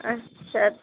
اچھا